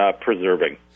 preserving